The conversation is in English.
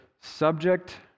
subject